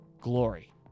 glory